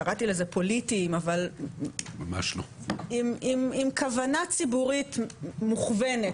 קראתי לזה פוליטיים אבל עם כוונה ציבורית מוכוונת,